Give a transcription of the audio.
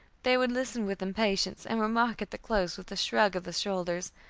they would listen with impatience, and remark at the close, with a shrug of the shoulders,